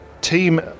team